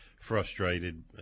frustrated